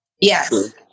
Yes